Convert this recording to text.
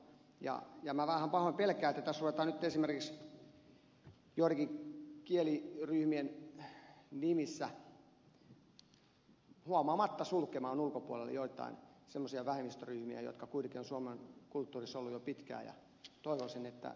ja minä vähän pahoin pelkään että tässä ruvetaan nyt esimerkiksi joidenkin kieliryhmien nimissä huomaamatta sulkemaan ulkopuolelle joitain semmoisia vähemmistöryhmiä jotka kuitenkin ovat suomen kulttuurissa olleet jo pitkään ja toivoisin että tätä ei tapahtuisi